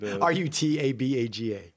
R-U-T-A-B-A-G-A